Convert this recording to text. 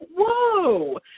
whoa